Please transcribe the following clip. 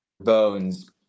bones